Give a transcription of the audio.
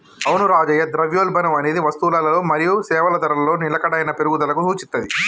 అవును రాజయ్య ద్రవ్యోల్బణం అనేది వస్తువులల మరియు సేవల ధరలలో నిలకడైన పెరుగుదలకు సూచిత్తది